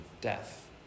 death